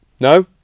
No